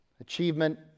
achievement